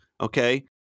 Okay